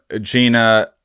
Gina